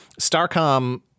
starcom